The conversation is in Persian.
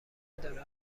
نداره